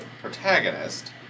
protagonist